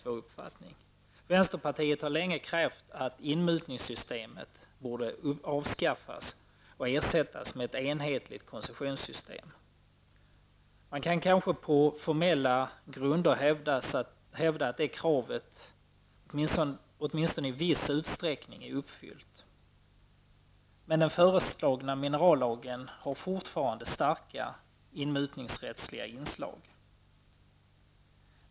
Vänstepartiet har länge krävt att inmutningssystemet skall avskaffas och ersättas med ett enhetligt konsessionssystem. Man kan kanske på formella grunder hävda att det kravet i viss utsträckning är uppfyllt. Men den föreslagna minerallagen har fortfarande starka inmutningsrättsliga inslag.